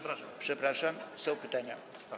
Przepraszam, są pytania.